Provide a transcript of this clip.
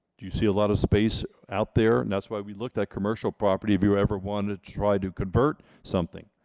do you see a lot of space out there? and that's why we looked at commercial property, if you ever wanted to try to convert something.